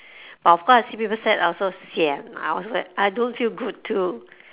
of course I see people sad I also sian I also I don't feel good too